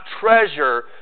treasure